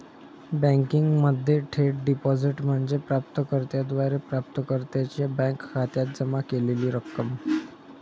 बँकिंगमध्ये थेट डिपॉझिट म्हणजे प्राप्त कर्त्याद्वारे प्राप्तकर्त्याच्या बँक खात्यात जमा केलेली रक्कम